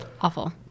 Awful